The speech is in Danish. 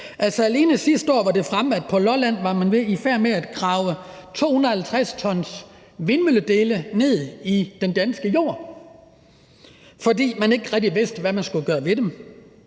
Altså, alene sidste år var det fremme, at man på Lolland var i færd med at grave 250 t vindmølledele ned i den danske jord, fordi man ikke rigtig vidste, hvad man skulle gøre ved dem.